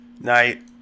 Night